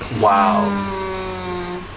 Wow